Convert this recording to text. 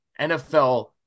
NFL